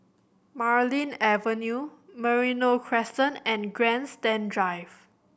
Marlene Avenue Merino Crescent and Grandstand Drive